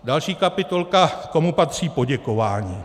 Další kapitolka komu patří poděkování.